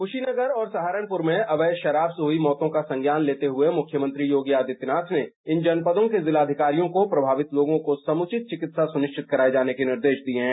कुशीनगर और सहारनपुर में अवैध शराब से हुई मौतों का संज्ञान लेते हुए मुख्यमंत्री योगी आदित्यनाथ ने इन जनपदों के जिलाधिकारियों को प्रभावित लोगों को समुचित चिकित्सा सुनिश्चित कराए जाने के निर्देश दिए हैं